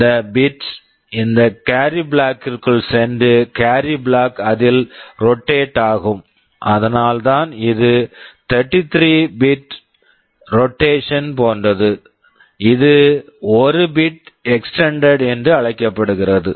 இந்த bit bit இந்த carry carry flag flag ற்குள் சென்று கேரி carry பிளாக் flag அதில் ரொட்டேட் rotate ஆகும் அதனால்தான் இது 33 பிட் bit ரொட்டேஷன் rotation போன்றது இது 1 பிட் bit எக்ஸ்ட்டெண்டெட் extended என்று அழைக்கப்படுகிறது